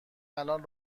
الان